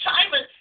Simon